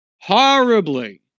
Horribly